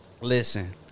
Listen